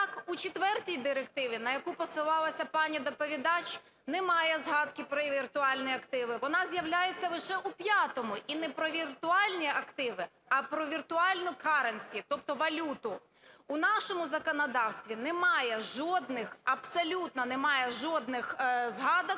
Так, в четвертій Директиві, на яку посилалася пані доповідач, немає згадки про віртуальні активи, вона з'являється лише у п'ятій і не про віртуальні активи, а про віртуальну currency, тобто валюту. У нашому законодавстві немає жодних, абсолютно немає жодних згадок